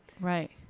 Right